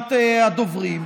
רשימת הדוברים.